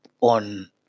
on